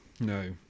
no